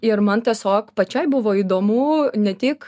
ir man tiesiog pačiai buvo įdomu ne tik